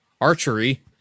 Archery